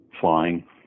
flying